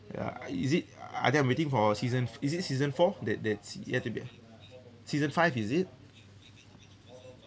ya is it I think I'm waiting for season is it season four that that's yet to be season five is it